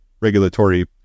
regulatory